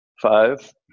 Five